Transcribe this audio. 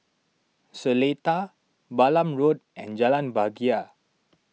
Seletar Balam Road and Jalan Bahagia